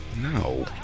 No